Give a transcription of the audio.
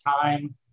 time